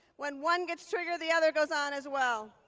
when one gets triggered, the other goes on as well.